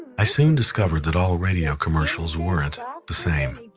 i soon discovered that all radio commercials weren't the same.